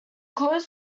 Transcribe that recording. clothes